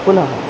पुनः